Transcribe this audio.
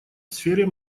сфере